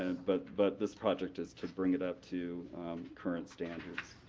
and but but this project is to bring it up to current standards.